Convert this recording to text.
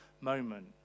moment